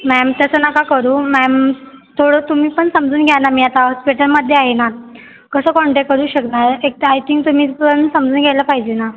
ma'am तसं नका करू मॅम थोडं तुम्ही पण समजून घ्या ना मी आता हॉस्पिटलमध्ये आहे ना कसं काॅन्टॅक्ट करू शकणार आहे एकतर आय थिंक तुम्हीच पण समजून घ्यायला पाहिजे ना